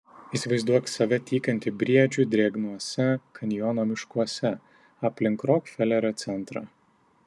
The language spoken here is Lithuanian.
įsivaizduok save tykantį briedžių drėgnuose kanjono miškuose aplink rokfelerio centrą